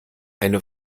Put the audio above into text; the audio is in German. eine